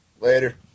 later